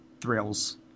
thrills